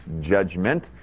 judgment